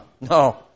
no